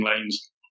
lanes